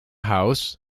house